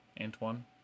Antoine